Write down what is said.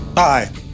Hi